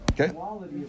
Okay